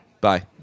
Bye